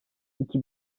iki